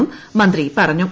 എന്നും മന്ത്രി പറഞ്ഞു